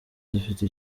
dufite